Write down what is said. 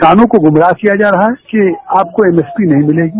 किसानों को गुमराह किया जा रहा है कि आपको एमएसपी नहीं मिलेगी